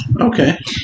Okay